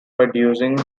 producing